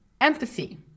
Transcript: empathy